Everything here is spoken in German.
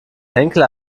henkel